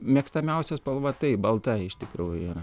mėgstamiausia spalva taip balta iš tikrųjų yra